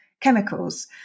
chemicals